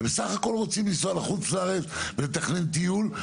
הם בסך הכול רוצים לנסוע לחוץ לארץ ולתכנן טיול.